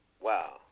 Wow